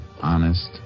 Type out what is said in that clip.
honest